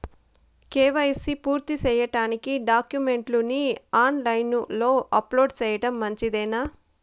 KYC పూర్తి సేయడానికి డాక్యుమెంట్లు ని ఆన్ లైను లో అప్లోడ్ సేయడం మంచిదేనా?